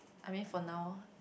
I mean for now